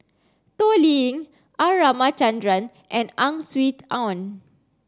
Toh Liying R Ramachandran and Ang Swee Aun